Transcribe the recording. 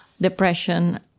depression